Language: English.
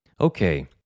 Okay